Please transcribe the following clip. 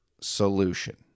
solution